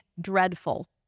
dreadful